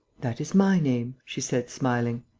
that is my name, she said, smiling.